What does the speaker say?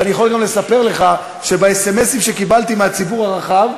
ואני יכול גם לספר לך שבסמ"סים שקיבלתי מהציבור הרחב,